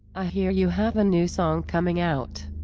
i hear you have a new song coming out.